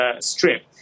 strip